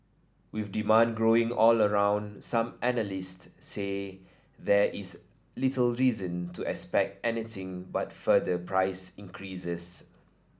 with demand growing all around some analyst say there is little reason to expect anything but further price increases